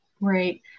Right